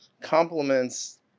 compliments